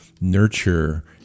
nurture